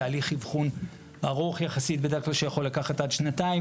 תהליך אבחון ארוך יחסית בדרך כלל שיכול לקחת עד שנתיים,